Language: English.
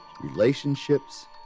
relationships